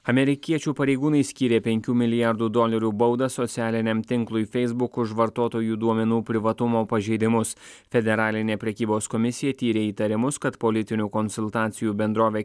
amerikiečių pareigūnai skyrė penkių milijardų dolerių baudą socialiniam tinklui feisbuk už vartotojų duomenų privatumo pažeidimus federalinė prekybos komisija tyrė įtarimus kad politinių konsultacijų bendrovė